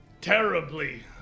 terribly